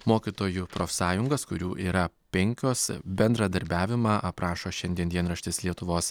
mokytojų profsąjungas kurių yra penkios bendradarbiavimą aprašo šiandien dienraštis lietuvos